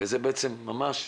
וזה בעצם ממש,